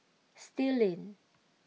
Still Lane